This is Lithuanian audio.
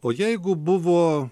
o jeigu buvo